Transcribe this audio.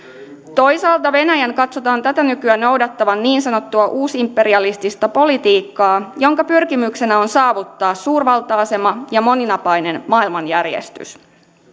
toisaalta venäjän katsotaan tätä nykyä noudattavan niin sanottua uusimperialistista politiikkaa jonka pyrkimyksenä on saavuttaa suurvalta asema ja moninapainen maailmanjärjestys